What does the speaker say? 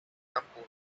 campo